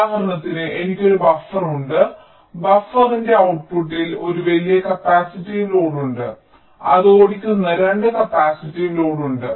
ഉദാഹരണത്തിന് എനിക്ക് ഒരു ബഫർ ഉണ്ട് ബഫറിന്റെ ഔട്ട്പുട്ട്ടിൽ ഒരു വലിയ കപ്പാസിറ്റീവ് ലോഡ് ഉണ്ട് അത് ഓടിക്കുന്ന 2 കപ്പാസിറ്റീവ് ലോഡ് ഉണ്ട്